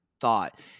thought